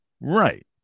Right